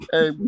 Hey